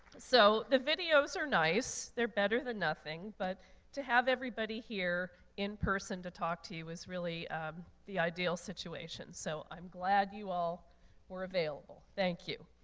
so, the videos are nice. they're better than nothing. but to have everybody here in person to talk to you is really the ideal situation. so i'm glad you all were available. thank you.